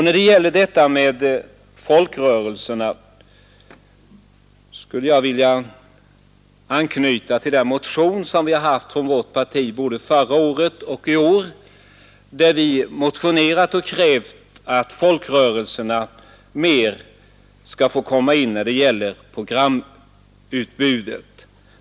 När det gäller folkrörelserna skulle jag vilja anknyta till det motionskrav som vi från vårt parti har framfört både förra året och i år, innebärande att folkrörelserna skall få medverka mer när det gäller att påverka programutbudet.